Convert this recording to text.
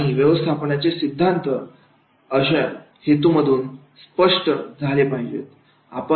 आणि व्यवस्थापनाचे सिद्धांत अशा हेतू मधून स्पष्ट झाले पाहिजेत